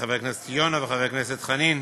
חבר הכנסת יונה וחבר הכנסת חנין,